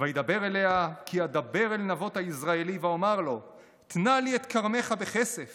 "וידבר אליה כי אדבר אל נבות היזרעאלי וָאֹמַר לו תנה לי את כרמך בכסף